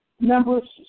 members